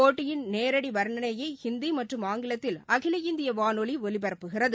போட்டியின் நேரடி வர்ணனையை ஹிந்தி மற்றும் ஆங்கிலத்தில் அகில இந்திய வானொலி ஒலிபரப்புகிறது